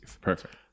Perfect